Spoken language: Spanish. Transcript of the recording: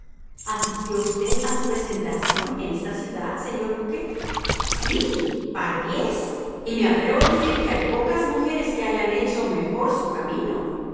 asistió usted a su presentación en esta ciudad señor duque sí pardiez y me atrevo a decir que hay pocas mujeres que hayan hecho mejor su camino